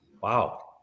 Wow